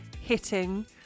hitting